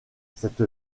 cette